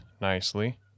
nicely